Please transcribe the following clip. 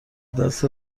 دست